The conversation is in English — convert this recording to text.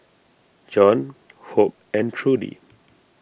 John Hope and Trudi